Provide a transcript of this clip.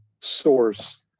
source